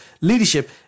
leadership